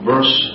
Verse